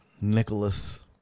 Nicholas